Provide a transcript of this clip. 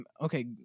Okay